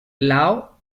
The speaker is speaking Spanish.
lao